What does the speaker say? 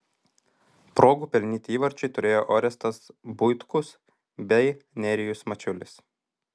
progų pelnyti įvarčiui turėjo orestas buitkus bei nerijus mačiulis